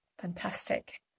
fantastic